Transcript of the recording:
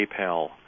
PayPal